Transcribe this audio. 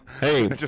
hey